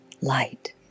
light